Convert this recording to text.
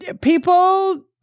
people